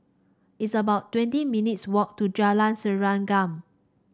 it's about twenty minutes' walk to Jalan Serengam